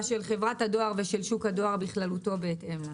של חברת הדואר ושל שוק הדואר בכללותו בהתאם להן.